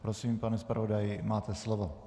Prosím, pane zpravodaji, máte slovo.